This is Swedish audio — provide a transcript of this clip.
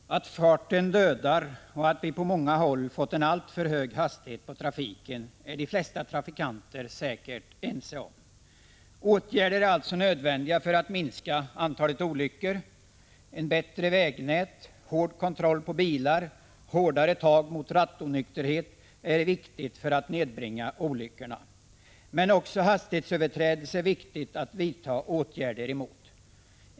Herr talman! Att farten dödar och att vi på många håll fått en alltför hög hastighet i trafiken är de flesta trafikanter säkert ense om. Åtgärder är alltså nödvändiga för att minska antalet olyckor. Ett bättre vägnät, hård kontroll av bilar och hårdare tag mot rattonykterhet är viktiga medel för att nedbringa antalet olyckor. Men det är också viktigt att vidta åtgärder mot hastighetsöverträdelser.